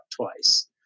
twice